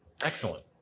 Excellent